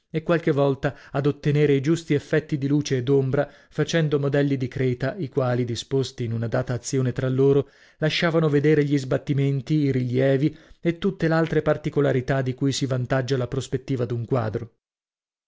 e qualche volta ad ottenere i giusti effetti di luce e d'ombra facendo modelli di creta i quali disposti in una data azione tra loro lasciavano vedere gli sbattimenti i rilievi e tutte l'altre particolarità di cui si vantaggia la prospettiva d'un quadro